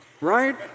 right